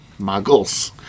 Muggles